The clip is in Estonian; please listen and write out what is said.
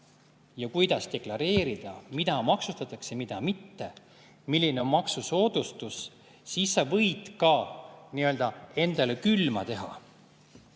ja kuidas deklareerida, mida maksustatakse, mida mitte, milline on maksusoodustus, siis sa võid endale nii-öelda külma teha.